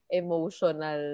emotional